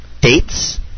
dates